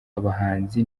abahanzi